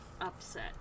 Upset